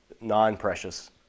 non-precious